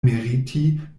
meriti